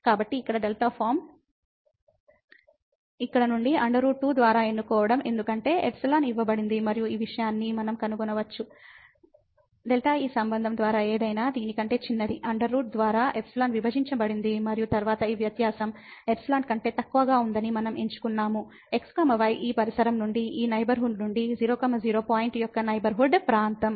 కాబట్టి ఇక్కడ δ ఫార్మ ఇక్కడ నుండి 2 ద్వారా ఎన్నుకోవడం ఎందుకంటే ϵ ఇవ్వబడింది మరియు ఈ విషయాన్ని మనం కనుగొనవచ్చు δ ఈ సంబంధం ద్వారా ఏదైనా దీని కంటే చిన్నది 2 ద్వారా ϵ విభజించబడింది మరియు తరువాత ఈ వ్యత్యాసం ϵ కంటే తక్కువగా ఉందని మనం ఎంచుకున్నాము x y ఈ పరిసరం నుండి ఈ నైబర్హుడ్ నుండి 00 పాయింట్ యొక్క నైబర్హుడ్ ప్రాంతం